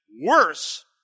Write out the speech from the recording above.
worse